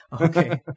Okay